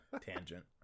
Tangent